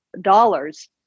dollars